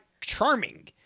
charming